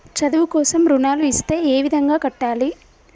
చదువు కోసం రుణాలు ఇస్తే ఏ విధంగా కట్టాలి?